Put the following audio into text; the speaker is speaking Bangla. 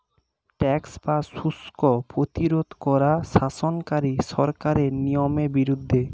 ট্যাক্স বা শুল্ক প্রতিরোধ করা শাসনকারী সরকারের নিয়মের বিরুদ্ধে